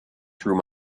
through